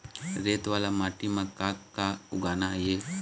रेत वाला माटी म का का उगाना ये?